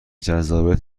جذابیت